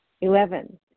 Eleven